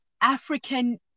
African